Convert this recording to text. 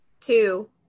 Two